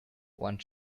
one